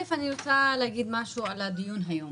אני רוצה לומר משהו לגבי הדיון שמתקיים היום.